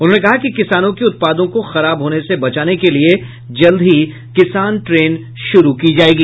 उन्होंने कहा कि किसानों के उत्पादों को खराब होने से बचाने के लिये जल्द ही किसान ट्रेन शुरू की जायेगी